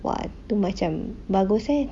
tu macam bagus eh